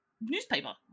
newspaper